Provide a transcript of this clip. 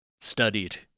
studied